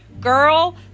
girl